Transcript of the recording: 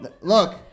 Look